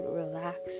relax